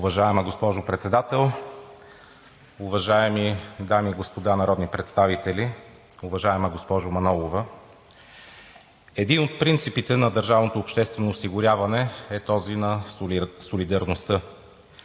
Уважаема госпожо Председател, уважаеми дами и господа народни представители! Уважаема госпожо Манолова, един от принципите на Държавното